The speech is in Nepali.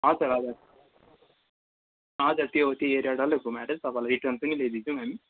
हजुर हजुर हजरु त्यो त्यो एरिया डल्लै घुमाएर तपाईँलाई रिटर्न पनि ल्याइदिन्छौँ हामी